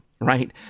Right